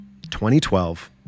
2012